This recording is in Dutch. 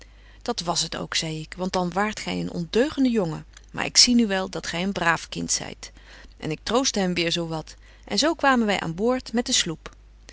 dat was het ook zei ik want dan waart gy een ondeugende jongen maar ik zie nu wel dat gy een braaf kind zyt en ik troostte hem weêr zo wat en zo kwamen wy aan boord met de sloep